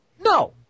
no